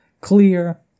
clear